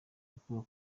gukurwa